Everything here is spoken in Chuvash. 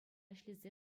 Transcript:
ӗҫлесе